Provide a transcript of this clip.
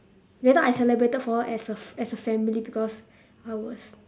that time I celebrated for her as a f~ as a family because I was